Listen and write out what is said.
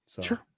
Sure